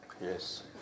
Yes